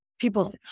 people